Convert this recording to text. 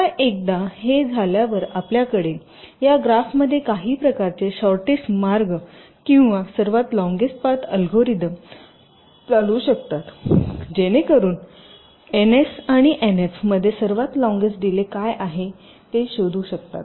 आता एकदा आपल्याकडे हे झाल्यावर आपल्याकडे या ग्राफमध्ये काही प्रकारचे शॉर्टेटेस्ट मार्ग किंवा सर्वात लोंगेस्ट पथ अल्गोरिदम चालू शकतात जेणेकरुन एनएस आणि एनएफ मध्ये सर्वात लोंगेस्ट डीले काय आहे हे शोधू शकता